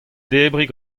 debriñ